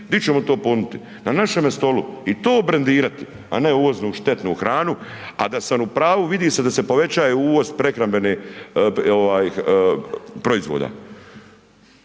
di ćemo to ponuditi, na našemu stolu i to brendirati a ne uvozimo štetnu hranu a da sam u pravu vidi se da se povećava uvoz prehrambenih proizvoda.